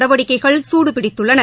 நடவடிக்கைகள் சூடு பிடித்துள்ளன